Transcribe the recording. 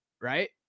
right